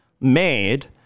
made